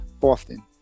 often